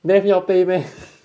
math 要备 meh